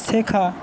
শেখা